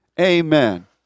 Amen